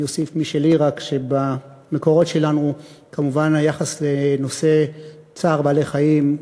אני אוסיף משלי רק שבמקורות שלנו כמובן היחס לנושא צער בעלי-חיים,